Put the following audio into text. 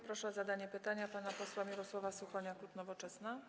Proszę o zadanie pytania pana posła Mirosława Suchonia, klub Nowoczesna.